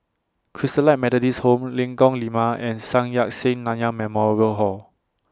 Christalite Methodist Home Lengkong Lima and Sun Yat Sen Nanyang Memorial Hall